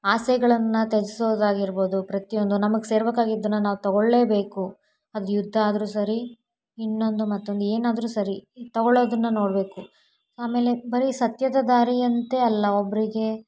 ಆಸೆಗಳನ್ನು ತ್ಯಜಿಸೋದಾಗಿರ್ಬೋದು ಪ್ರತಿಯೊಂದು ನಮಗೆ ಸೇರಬೇಕಾಗಿದ್ದನ್ನ ನಾವು ತೊಗೊಳ್ಳೇಬೇಕು ಅದು ಯುದ್ಧ ಆದರೂ ಸರಿ ಇನ್ನೊಂದು ಮತ್ತೊಂದು ಏನಾದ್ರೂ ಸರಿ ತೊಗೊಳೋದನ್ನು ನೋಡಬೇಕು ಆಮೇಲೆ ಬರಿ ಸತ್ಯದ ದಾರಿ ಅಂತೇ ಅಲ್ಲ ಒಬ್ಬರಿಗೆ